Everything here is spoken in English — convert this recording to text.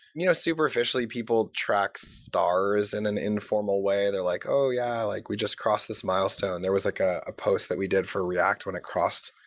you know superficially, people track stars in and an informal way. they're, like, oh, yeah. like we just crossed this milestone. there was like ah a post that we did for react when it crossed,